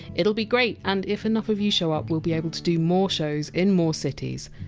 it! ll be great, and if enough of you show up, we! ll be able to do more shows in more cities.